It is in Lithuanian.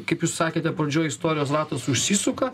kaip jūs sakėte pradžioj istorijos ratas užsisuka